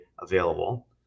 available